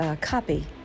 copy